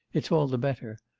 it's all the better.